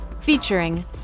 featuring